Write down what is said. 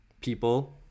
people